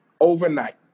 overnight